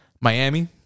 Miami